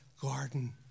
garden